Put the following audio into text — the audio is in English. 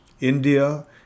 India